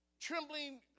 trembling